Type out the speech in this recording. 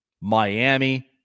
Miami